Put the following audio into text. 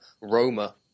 Roma